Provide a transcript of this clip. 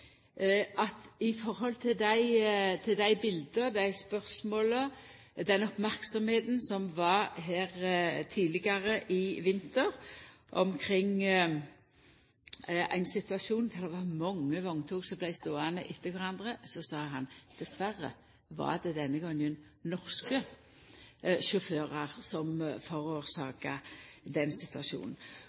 at i forhold til dei bileta, dei spørsmåla, den merksemda, som var her tidlegare i vinter omkring ein situasjon der mange vogntog vart ståande etter kvarandre, var det dessverre denne gongen norske sjåførar som var årsak til den situasjonen.